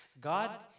God